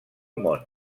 món